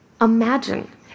Imagine